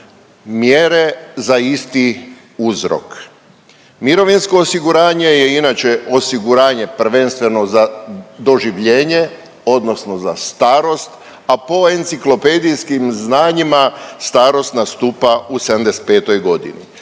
mjere za isti uzrok. Mirovinsko osiguranje je inače osiguranje prvenstveno za doživljenje odnosno za starost, a po enciklopedijskim znanjima starost nastupa u 75 godini.